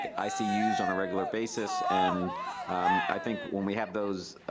i see used on a regular basis, and i think when we have those, ah,